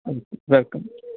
ਹਾਂਜੀ ਵੈਲਕਮ